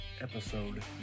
episode